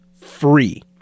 free